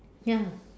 ya